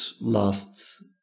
last